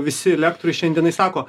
visi lektoriai šiandienai sako